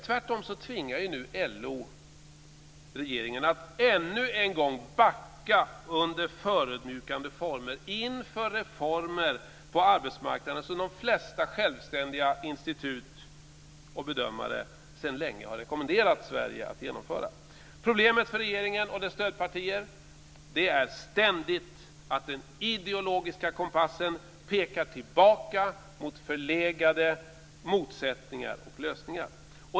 Tvärtom tvingar nu LO regeringen att ännu en gång backa under förödmjukande former inför reformer på arbetsmarknaden som de flesta självständiga institut och bedömare sedan länge har rekommenderat Sverige att genomföra. Problemet för regeringen och dess stödpartier är ständigt att den ideologiska kompassen pekar tillbaka mot förlegade motsättningar och lösningar.